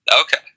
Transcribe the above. Okay